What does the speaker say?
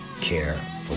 care